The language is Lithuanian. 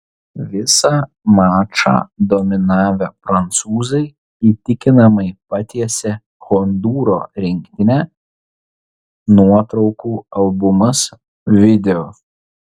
visą mačą dominavę prancūzai įtikinamai patiesė hondūro rinktinę nuotraukų albumas video